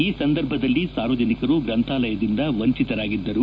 ಈ ಸಂದರ್ಭದಲ್ಲಿ ಸಾರ್ವಜನಿಕರು ಗ್ರಂಥಾಲಯದಿಂದ ವಂಚಿತರಾಗಿದ್ದರು